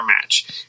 match